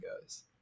goes